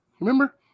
Remember